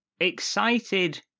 excited